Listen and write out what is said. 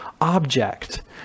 object